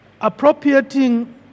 appropriating